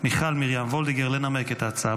מיכל מרים וולדיגר לנמק את ההצעה.